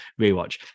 rewatch